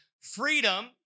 freedom